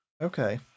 Okay